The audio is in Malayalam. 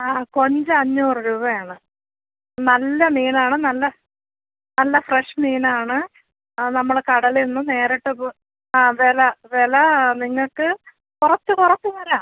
ആ കൊഞ്ച് അഞ്ഞൂറ് രൂപ ആണ് നല്ല മീനാണ് നല്ല നല്ല ഫ്രഷ് മീൻ ആണ് ആ നമ്മൾ കടലിൽ നിന്ന് നേരിട്ട് ആ വില വില നിങ്ങൾക്ക് കുറച്ച് കുറച്ച് തരാം